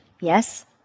Yes